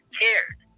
cared